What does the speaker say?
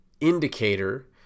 indicator